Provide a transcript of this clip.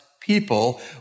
people